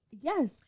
Yes